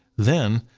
then,